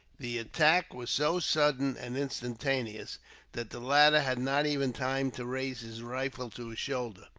the attack was so sudden and instantaneous that the latter had not even time to raise his rifle to his shoulder.